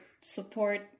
support